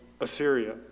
Assyria